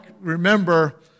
remember